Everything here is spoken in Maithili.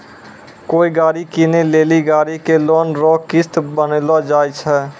कोय गाड़ी कीनै लेली गाड़ी के लोन रो किस्त बान्हलो जाय छै